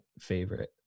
favorite